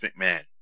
McMahon